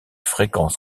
fréquence